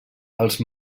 els